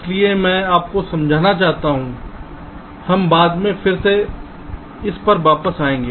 इसलिए मैं आपको समझाना चाहता हूं हम बाद में फिर से इस पर वापस आएंगे